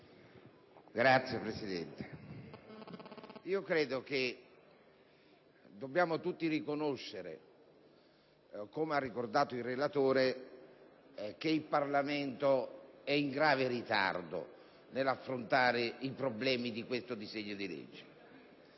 Signora Presidente, credo che dobbiamo tutti riconoscere, come ha ricordato il relatore, che il Parlamento è in grave ritardo nell'affrontare i problemi sottesi alla